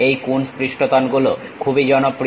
এই কুনস পৃষ্ঠতল গুলো খুবই জনপ্রিয়